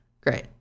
Great